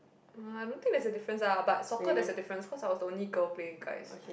uh I don't think there's a difference ah but soccer there's a difference cause I was the only girl playing with guys